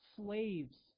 slaves